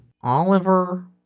Oliver